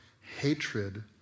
hatred